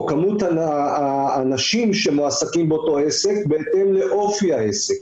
כמות הנשים שמועסקים באותו עסק בהתאם לאופי העסק.